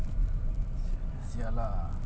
sia lah